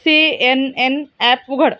C N N app उघड